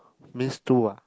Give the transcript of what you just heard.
means two ah